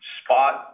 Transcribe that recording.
spot